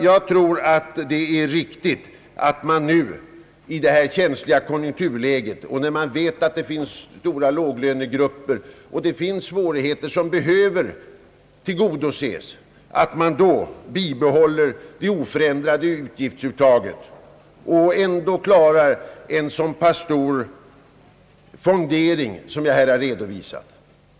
Jag tror att det är riktigt att man i nu rådande känsliga konjunkturläge och när man vet att det finns stora låglönegrupper med svårigheter som behöver lindras bibehåller ett oförändrat avgiftsuttag. Det blir ändå den stora fondering som jag här har redovisat.